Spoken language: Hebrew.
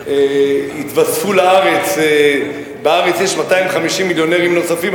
שבארץ יש 250 מיליונרים נוספים,